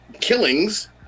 killings